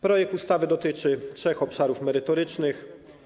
Projekt ustawy dotyczy trzech obszarów merytorycznych.